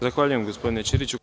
Zahvaljujem gospodine Ćiriću.